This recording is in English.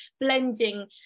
blending